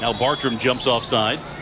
and bartram jumps off side.